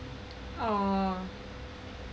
oh mm